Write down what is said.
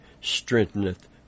strengtheneth